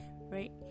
right